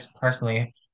personally